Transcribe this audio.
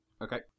Okay